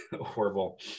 horrible